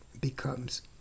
becomes